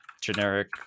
generic